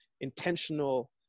intentional